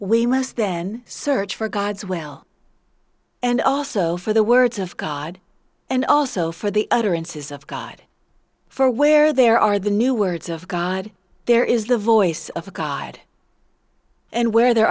we must then search for gods well and also for the words of god and also for the utterances of god for where there are the new words of god there is the voice of god and where there